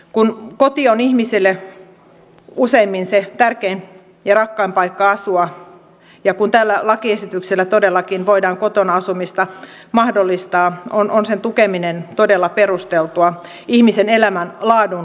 kun koti on ihmiselle useimmin se tärkein ja rakkain paikka asua ja kun tällä lakiesityksellä todellakin voidaan kotona asumista mahdollistaa on sen tukeminen todella perusteltua ihmisen elämänlaadun kannalta